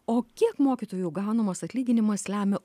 o kiek mokytojų gaunamas atlyginimas lemia